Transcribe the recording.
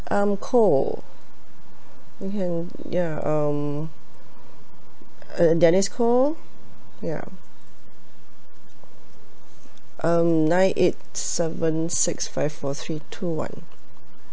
I'm koh okay ya um uh dennis koh ya um nine eight seven six five four three two one